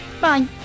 bye